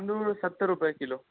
तांदूळ सत्तर रुपये किलो